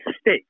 state